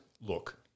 look